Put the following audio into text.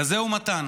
כזה הוא מתן,